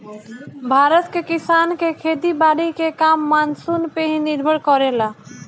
भारत के किसान के खेती बारी के काम मानसून पे ही निर्भर करेला